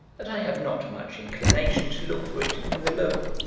that i have not much inclination to look for it in the local.